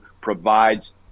provides